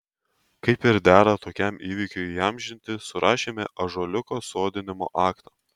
kaip ir dera tokiam įvykiui įamžinti surašėme ąžuoliuko sodinimo aktą